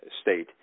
state